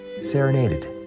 serenaded